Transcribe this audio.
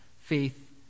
faith